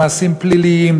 במעשים פליליים,